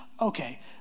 Okay